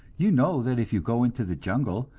you know that if you go into the jungle,